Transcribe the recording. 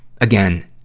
again